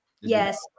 yes